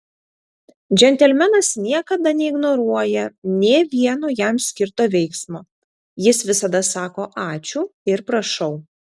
džentelmenas niekada neignoruoja nė vieno jam skirto veiksmo jis visada sako ačiū ir prašau